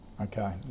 Okay